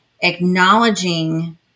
acknowledging